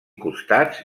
costats